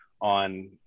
on